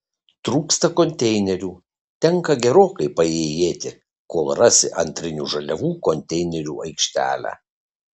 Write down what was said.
trūksta konteinerių tenka gerokai paėjėti kol rasi antrinių žaliavų konteinerių aikštelę